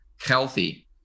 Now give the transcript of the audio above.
healthy